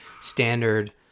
standard